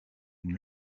une